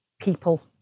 people